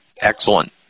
Excellent